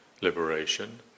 liberation